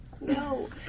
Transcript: No